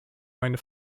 meine